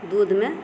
दूधमे